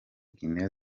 guinea